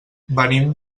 venim